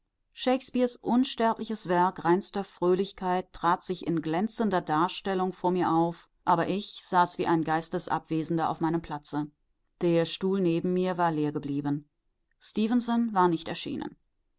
shakespeares unsterbliches werk reinster fröhlichkeit tat sich in glänzender darstellung vor mir auf aber ich saß wie ein geistesabwesender auf meinem platze der stuhl neben mir war leer geblieben stefenson war nicht erschienen